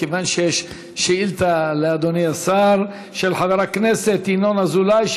כיוון שיש שאילתה לאדוני השר של חבר הכנסת ינון אזולאי.